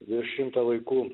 virš šimto vaikų